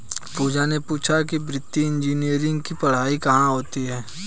पूजा ने पूछा कि वित्तीय इंजीनियरिंग की पढ़ाई कहाँ होती है?